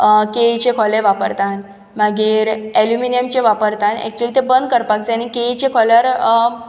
केळीचे खोले वापरतां मागीर एल्यूमिनयमचे वापरतां एकच्यूली ते बंद करपाक जाय केळीच्या खोल्यार